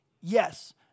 Yes